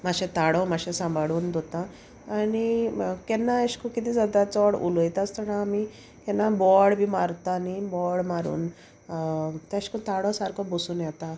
मातशें ताळो मातशें सांबाडून धोता आनी केन्ना अेश कोन्न कितें जाता चोड उलोयता आसतोना आमी केन्ना बोवाळ बी मारता न्ही बोवाळ मारून तेशकोन्न ताळो सारको बसून येता